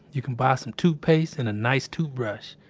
you can buy some toothpaste and a nice toothbrush.